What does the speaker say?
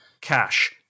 cash